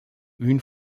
une